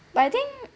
but I think